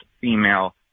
female